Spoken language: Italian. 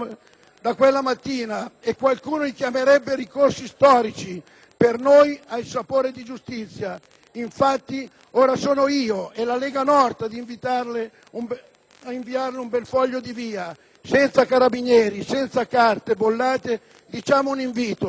da quella mattina; qualcuno li chiamerebbe ricorsi storici, per noi hanno il sapore della giustizia. Infatti, ora sono io e la Lega Nord ad inviarle un bel foglio di via, senza Carabinieri, senza carte bollate, diciamo che è un invito,